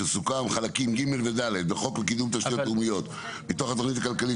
חלקים ג' ו-ד' בחוק לקידום תשתיות לאומיות מתוך התכנית הכלכלית